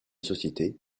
société